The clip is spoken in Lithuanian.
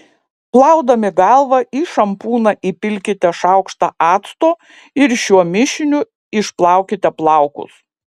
plaudami galvą į šampūną įpilkite šaukštą acto ir šiuo mišiniu išplaukite plaukus